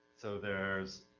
so there's,